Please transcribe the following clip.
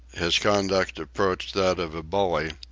his conduct approached that of a bully,